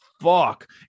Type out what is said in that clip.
fuck